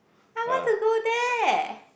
I want to go there